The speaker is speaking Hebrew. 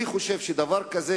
אני חושב שדבר כזה,